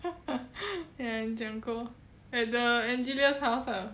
ya and jiang ko at the engineers house lah